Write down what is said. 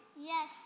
Yes